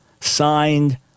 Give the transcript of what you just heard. signed